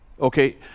okay